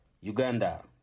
Uganda